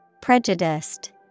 Prejudiced